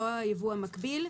לא הייבוא המקביל,